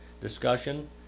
discussion